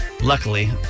Luckily